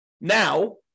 now